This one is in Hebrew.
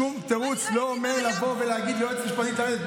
שום תירוץ לא אומר לבוא ולהגיד ליועצת משפטית לרדת.